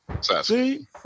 See